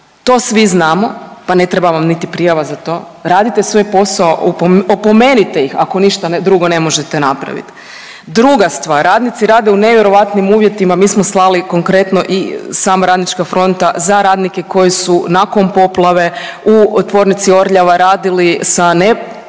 to svi znamo, pa ne treba vam niti prijava za to. Radite svoj posao, opomenite ih ako ništa drugo ne možete napraviti. Druga stvar, radnici rade u nevjerojatnim uvjetima, mi smo slali konkretno i sama Radnička fronta za radnike koji su nakon poplave u Tvornici Orljava radili sa nepravilnim